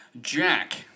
Jack